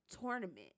tournament